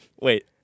Wait